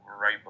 right